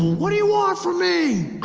what do you want from me!